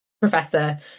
professor